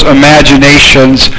imaginations